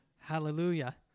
Hallelujah